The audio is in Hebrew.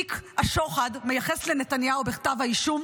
תיק השוחד מייחס לנתניהו בכתב האישום